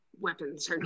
weapons